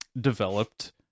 developed